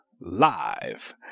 Live